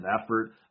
effort